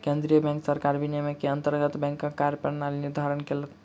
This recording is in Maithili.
केंद्रीय बैंक सरकार विनियम के अंतर्गत बैंकक कार्य प्रणाली निर्धारित केलक